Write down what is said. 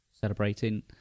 celebrating